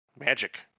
Magic